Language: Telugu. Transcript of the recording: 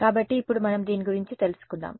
కాబట్టి ఇప్పుడు మనం దీని గురించి తెలుసుకుందాం